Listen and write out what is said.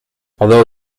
although